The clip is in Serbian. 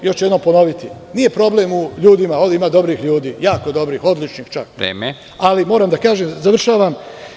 Još jednom ću ponoviti, nije problem u ljudima, ovde ima dobrih ljudi, jako dobrih, odličnih čak, ali moram da kažem… (Predsednik: Vreme.) Završavam.